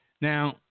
now